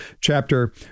chapter